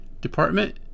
department